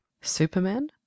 superman